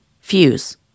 fuse